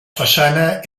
façana